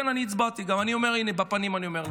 כן, גם אני הצבעתי, הינה, בפנים אני אומר לך,